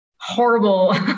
horrible